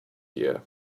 year